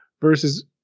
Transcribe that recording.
versus